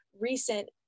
recent